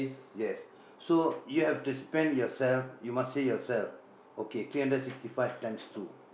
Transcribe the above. yes so you have to spend yourself you must say yourself okay three hundred sixty five times two